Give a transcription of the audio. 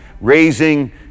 raising